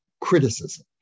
criticism